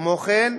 כמו כן,